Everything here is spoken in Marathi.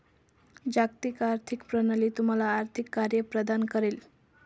जागतिक आर्थिक प्रणाली तुम्हाला आर्थिक कार्ये प्रदान करेल